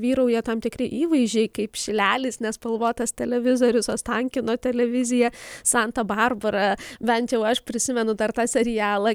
vyrauja tam tikri įvaizdžiai kaip šilelis nespalvotas televizorius ostankino televizija santa barbara bent jau aš prisimenu dar tą serialą